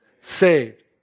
Saved